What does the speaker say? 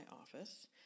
office